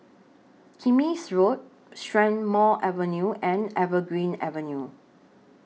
Kismis Road Strathmore Avenue and Evergreen Avenue